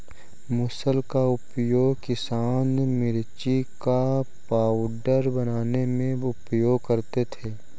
मुसल का उपयोग किसान मिर्ची का पाउडर बनाने में उपयोग करते थे